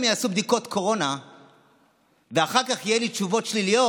יעשו בדיקות קורונה ואחר כך יהיו לי תשובות שליליות,